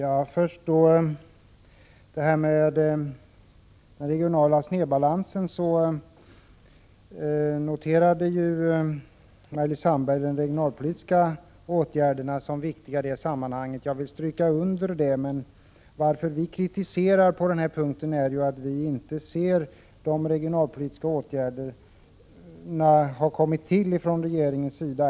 Herr talman! I fråga om den regionala snedbalansen noterade Maj-Lis Landberg att de regionalpolitiska åtgärderna är viktiga, och det vill jag stryka under. Men vad vi i centerpartiet kritiserar är bristen på regionalpolitiska åtgärder från regeringens sida.